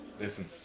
Listen